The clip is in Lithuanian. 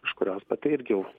kažkurios bet tai irgi jau